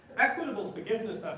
equitable forgiveness,